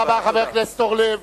תודה רבה, חבר הכנסת אורלב.